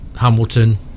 Hamilton